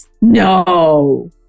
No